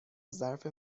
ظرف